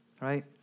right